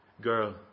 girl